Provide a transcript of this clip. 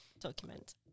Document